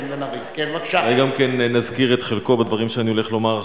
אולי גם נזכיר את חלקו בדברים שאני הולך לומר עכשיו.